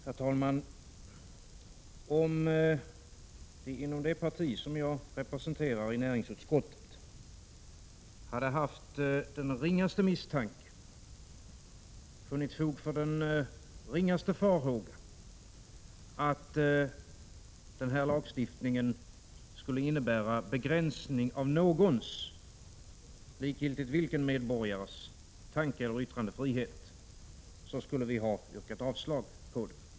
Herr talman! Om vi inom det parti som jag representerar i näringsutskottet hade haft den ringaste misstanke, om det funnits fog för den ringaste farhåga, att denna lagstiftning skulle innebära begränsning av någons — likgiltigt vilken — medborgares tankeeller yttrandefrihet så skulle vi ha yrkat avslag på den.